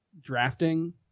drafting